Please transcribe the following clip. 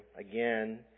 again